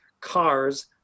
cars